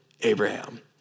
Abraham